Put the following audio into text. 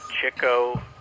Chico